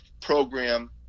program